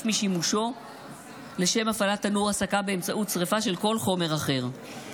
משימוש בו באמצעות שרפה של כל חומר אחר.